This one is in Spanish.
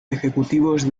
ejecutivos